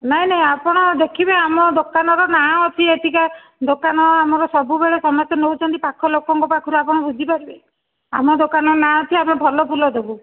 ନାହିଁ ନାହିଁ ଆପଣ ଦେଖିବେ ଆମ ଦୋକାନର ନାଁ ଅଛି ଏହିଠି କା ଦୋକାନ ଆମର ସବୁବେଳେ ସମସ୍ତେ ନେଉଛନ୍ତି ପାଖ ଲୋକଙ୍କ ପାଖରୁ ଆପଣ ବୁଝି ପାରିବେ ଆମ ଦୋକାନ ର ନାଁ ଅଛି ଆମେ ଭଲ ଫୁଲ ଦେବୁ